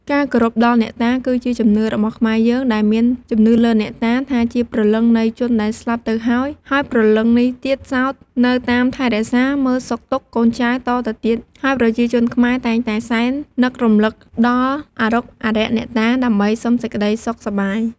ការគោរពដល់អ្នកតា គឺជាជំនឿរបស់ខ្មែរយើងដែលមានជំនឿលើអ្នកតា ថាជាព្រលឹងនៃជនដែលស្លាប់ទៅហើយ ហើយព្រលឹងនេះទៀតសោតនៅតាមថែរក្សា មើលសុខទុក្ខកូនចៅតទៅទៀត ហើយប្រជាជនខ្មែរតែងតែសែននឹករំលឹកដល់អារុក្ខអារក្សអ្នកតា ដើម្បីសុំសេចក្ដីសុខសប្បាយ។